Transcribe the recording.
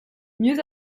mieux